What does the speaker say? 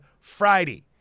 Friday